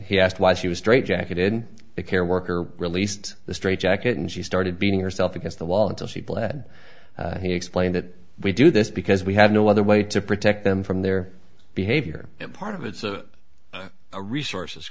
he asked why she was straight jacketed a care worker released the strait jacket and she started beating herself against the wall until she bled he explained that we do this because we have no other way to protect them from their behavior and part of its resources